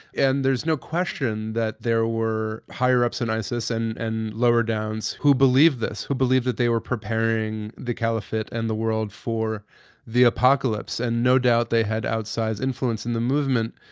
and there's no question that there were higher ups in isis and and lower downs who believed this. who believed that they were preparing the caliphate and the world for the apocalypse. and no doubt they had outside influence in the movement,